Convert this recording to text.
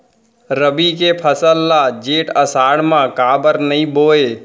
रबि के फसल ल जेठ आषाढ़ म काबर नही बोए?